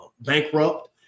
bankrupt